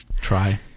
try